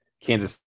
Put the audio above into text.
kansas